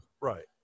Right